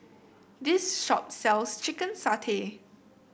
this shop sells Chicken Satay